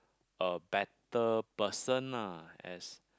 a better person lah as